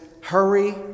Hurry